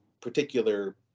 particular